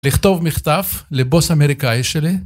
לכתוב מכתב לבוס אמריקאי שלי